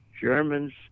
Germans